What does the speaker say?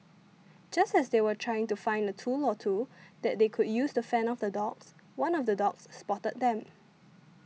just as they were trying to find a tool or two that they could use to fend off the dogs one of the dogs spotted them